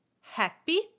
happy